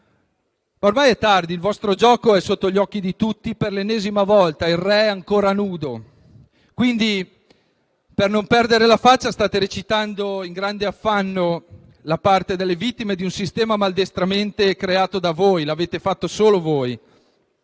Ormai è tardi, il vostro gioco è sotto gli occhi di tutti; per l'ennesima volta il re è ancora nudo. Quindi, per non perdere la faccia, state recitando in grande affanno la parte delle vittime di un sistema maldestramente creato da voi; l'avete fatto solo voi.